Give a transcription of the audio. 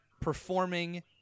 performing